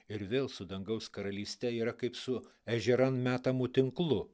ir vėl su dangaus karalyste yra kaip su ežeran metamu tinklu